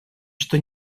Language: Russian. что